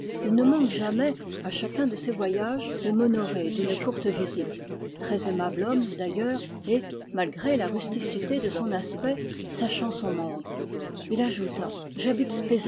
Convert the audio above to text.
il ne manque jamais à chacun de ses voyages de m'honorer d'une courte visite très aimable homme d'ailleurs et malgré la rusticité de son aspect sachant son monde il ajouta j'habite